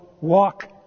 walk